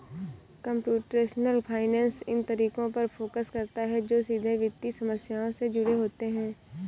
computational finance इन तरीकों पर फोकस करता है जो सीधे वित्तीय समस्याओं से जुड़े होते हैं